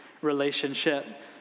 relationship